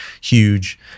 huge